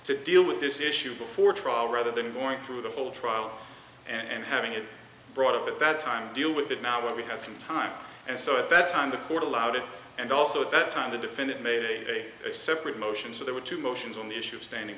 to deal with this issue before trial rather than going through the whole trial and having it brought up at that time deal with it now we had some time and so a better time the court allowed it and also at that time the defendant made a separate motion so there were two motions on the issue of standing